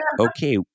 okay